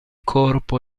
corpo